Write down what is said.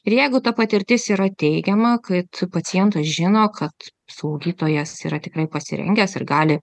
ir jeigu ta patirtis yra teigiama kad pacientas žino kad slaugytojas yra tikrai pasirengęs ir gali